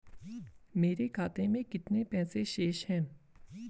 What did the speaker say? मेरे खाते में कितने पैसे शेष हैं?